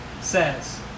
says